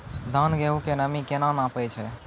धान, गेहूँ के नमी केना नापै छै?